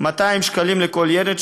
200 שקלים לכל ילד,